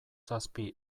zazpi